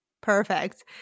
Perfect